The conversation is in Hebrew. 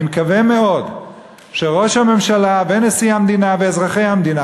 אני מקווה מאוד שראש הממשלה ונשיא המדינה ואזרחי המדינה,